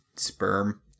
sperm